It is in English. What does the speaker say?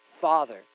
father